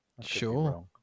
Sure